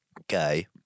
Okay